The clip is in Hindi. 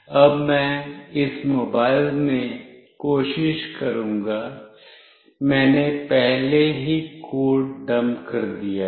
अब मैं इस मोबाइल में कोशिश करूंगा मैंने पहले ही कोड डंप कर दिया है